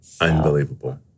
Unbelievable